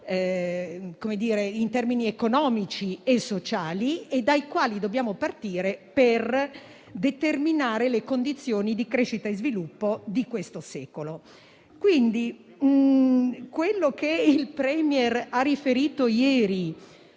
in termini economici e sociali e dai quali dobbiamo partire per determinare le condizioni di crescita e sviluppo di questo secolo. Ciò che il *Premier* ha riferito ieri,